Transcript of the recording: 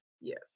yes